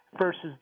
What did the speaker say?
versus